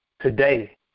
today